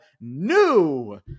new